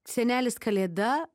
senelis kalėda